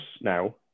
now